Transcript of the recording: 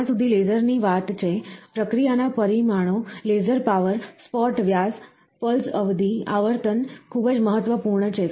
જ્યાં સુધી લેસરની વાત છે પ્રક્રિયાના પરિમાણો લેસર પાવર સ્પોટ વ્યાસ પલ્સ અવધિ આવર્તન ખૂબ જ મહત્વપૂર્ણ છે